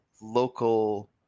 local